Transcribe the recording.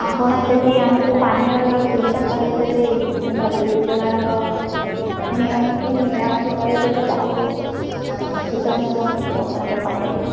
ଆପଣ ଯଦି ଆମକୁ ପାନୀୟର ସୁବିଧା କରାଇଦେବେ କିମ୍ବା ବିଦ୍ୟୁତ୍ ଯୋଗାଣର ନିୟମଟି କରାଇଦେବେ ତା'ହେଲେ ଆମେ କୃତଜ୍ଞ ରୁହନ୍ତୁ ଆପଣଙ୍କ ପାଖରେ